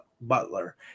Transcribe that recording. Butler